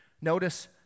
Notice